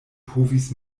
povis